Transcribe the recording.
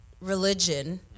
religion